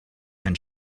and